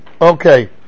Okay